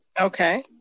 Okay